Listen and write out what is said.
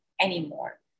anymore